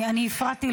אני הפרעתי לו.